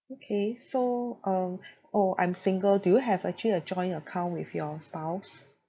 okay so um oh I'm single do you have actually a joint account with your spouse